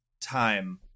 time